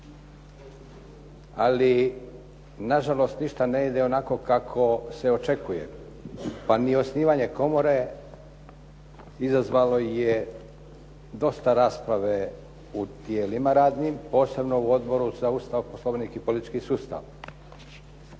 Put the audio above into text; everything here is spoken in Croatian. ali nažalost ništa ne ide onako kako se očekuje. I osnivanje komore izazvalo je dosta rasprave u tijelima radnim, posebno u Odboru za Ustav, Poslovnik i politički sustav,